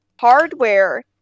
hardware